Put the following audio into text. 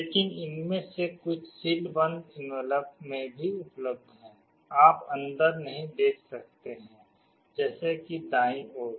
लेकिन इनमें से कुछ सील बंद एनवलप में भी उपलब्ध हैं आप अंदर नहीं देख सकते हैं जैसे कि दाईं ओर